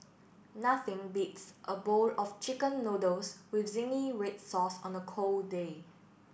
nothing beats a bowl of chicken noodles with zingy red sauce on a cold day